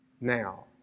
Now